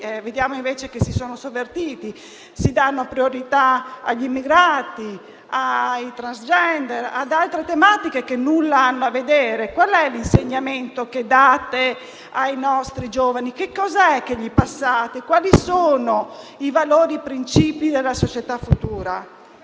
vediamo che essi sono stati sovvertiti. Si danno priorità agli immigrati, ai *transgender* e ad altre tematiche che nulla hanno a che vedere con quei valori. Qual è l'insegnamento che date ai nostri giovani? Che cosa gli passate? Quali sono i valori e i principi della società futura?